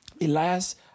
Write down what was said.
Elias